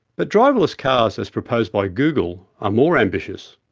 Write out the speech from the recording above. but driverless cars as proposed by google are more ambitious.